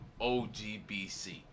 OGBC